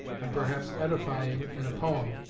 and perhaps edifying, in a poem,